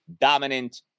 dominant